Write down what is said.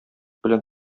белән